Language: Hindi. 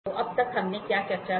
तो अब तक हमने क्या चर्चा की